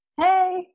hey